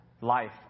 life